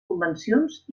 convencions